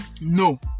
No